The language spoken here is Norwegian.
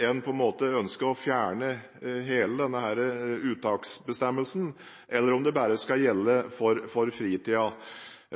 en på en måte ønsker å fjerne hele denne uttaksbestemmelsen, eller om det bare skal gjelde for fritiden.